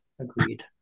agreed